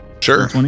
Sure